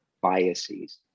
biases